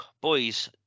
boys